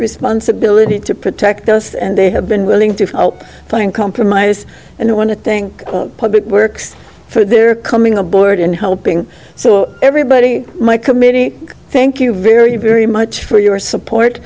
responsibility to protect us and they have been willing to help find compromise and they want to think public works for their coming aboard and helping so everybody my committee thank you very very much for your support